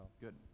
Good